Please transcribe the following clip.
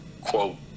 quote